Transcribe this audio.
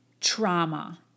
trauma